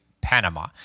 Panama